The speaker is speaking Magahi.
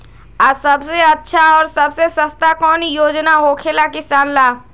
आ सबसे अच्छा और सबसे सस्ता कौन योजना होखेला किसान ला?